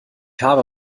habe